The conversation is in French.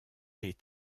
les